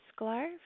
Sklar